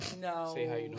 No